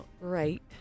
great